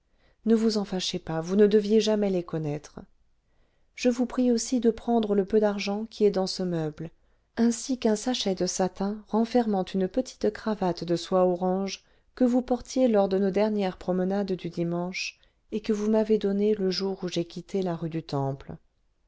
ne vous en fâchez pas vous ne deviez jamais les connaître je vous prie aussi de prendre le peu d'argent qui est dans ce meuble ainsi qu'un sachet de satin renfermant une petite cravate de soie orange que vous portiez lors de nos dernières promenades du dimanche et que vous m'avez donnée le jour où j'ai quitté la rue du temple